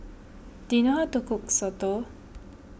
do you know how to cook Soto